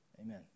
Amen